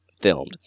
filmed